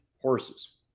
horses